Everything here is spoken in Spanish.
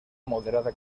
moderada